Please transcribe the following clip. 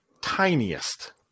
tiniest